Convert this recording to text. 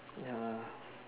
ya lah